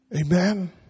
amen